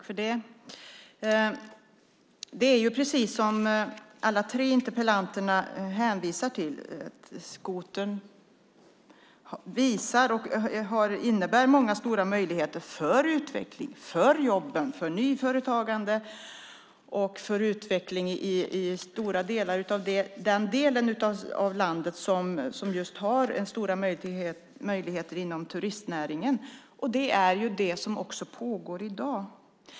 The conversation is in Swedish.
Fru talman! Alla tre interpellanterna hänvisar till att skotern innebär många stora möjligheter för utveckling, jobb och nyföretagande i den del av landet som har stora möjligheter inom turistnäringen. Det är det som också pågår i dag.